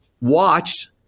watched